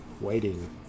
waiting